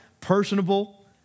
personable